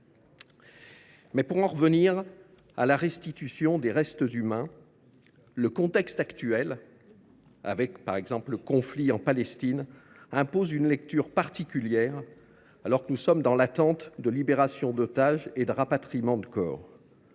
Pour en revenir à la restitution des restes humains, le contexte actuel, avec, par exemple, le conflit en Palestine, impose une lecture particulière, alors que nous sommes dans l’attente de libération d’otages et de rapatriements de corps.